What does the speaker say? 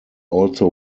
also